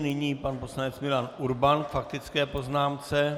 Nyní pan poslanec Milan Urban k faktické poznámce.